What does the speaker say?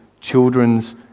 children's